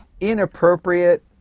inappropriate